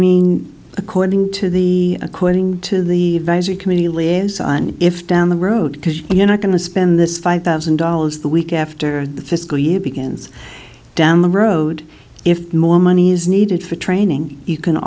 mean according to the according to the visor community liaison if down the road because you're not going to spend this five thousand dollars the week after the fiscal year begins down the road if more money is needed for training you can